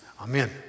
amen